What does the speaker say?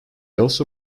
also